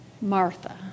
Martha